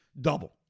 double